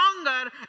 longer